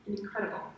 incredible